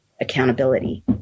accountability